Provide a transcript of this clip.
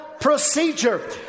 procedure